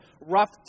rough